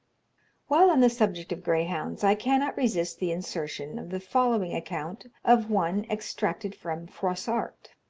while on the subject of greyhounds, i cannot resist the insertion of the following account of one extracted from froissart